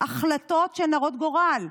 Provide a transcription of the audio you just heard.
החלטות שהן הרות גורל,